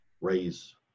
raise